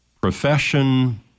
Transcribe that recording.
profession